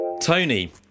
Tony